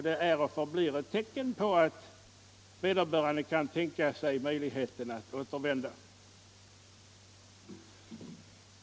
Det är och förblir ett tecken på att vederbörande kan tänka sig möjligheten att återvända.